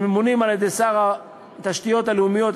שממונים על-ידי שר התשתיות הלאומיות,